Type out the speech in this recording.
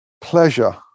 pleasure